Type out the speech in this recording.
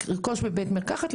לרכוש בבית מרקחת.